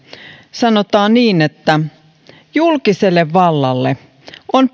sanotaan että julkiselle vallalle on